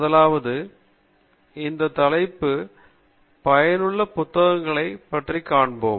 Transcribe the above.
முதலாவதாக இந்த தலைப்புக்கு பயனுள்ள புத்தகங்களைக் காண்போம்